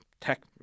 tech